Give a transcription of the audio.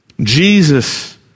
Jesus